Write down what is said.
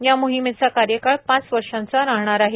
या मोहिमेचा कार्यकाळ पाच वर्षांचा राहणार आहे